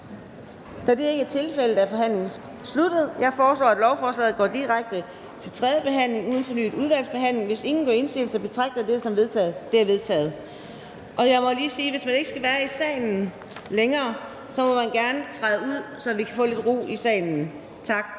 Da det ikke er tilfældet, er forhandlingen sluttet. Jeg foreslår, at lovforslaget går direkte til tredje behandling uden fornyet udvalgsbehandling. Hvis ingen gør indsigelse, betragter jeg dette som vedtaget. Det er vedtaget. Jeg må lige sige, at hvis man ikke skal være i salen længere, må man gerne træde ud, så vi kan få lidt ro i salen. Tak.